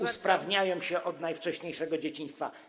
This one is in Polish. usprawniają się od najwcześniejszego dzieciństwa.